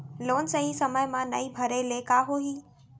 Loan सही समय मा नई भरे ले का होही?